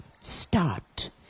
start